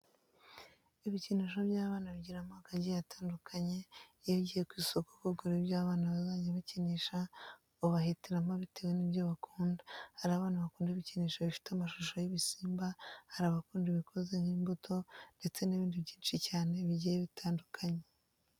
Ibikinisho by'abana bigira amoko agiye atandukanye. Iyo ugiye ku isoko kugura ibyo abana bazajya bakinisha, ubahitiramo bitewe n'ibyo bakunda. Hari abana bakunda ibikinisho bifite amashusho y'ibisimba, hari abakunda ibikoze nk'imbuto ndetse n'ibindi byinshi cyane bigiye bitandukanye.